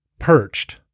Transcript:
perched